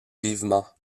vivement